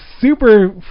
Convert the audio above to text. super